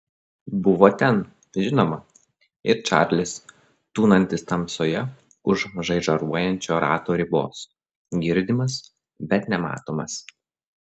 buvo ten žinoma ir čarlis tūnantis tamsoje už žaižaruojančio rato ribos girdimas bet nematomas